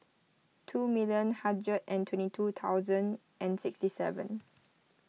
two million hundred and twenty two thousand and sixty seven